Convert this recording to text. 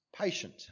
patient